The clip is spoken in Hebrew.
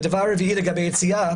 הדבר הנוסף לגבי יציאה.